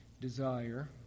desire